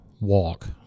walk